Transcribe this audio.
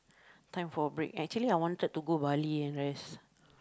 time for a break actually I wanted to go Bali and rest